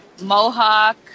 mohawk